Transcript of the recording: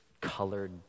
colored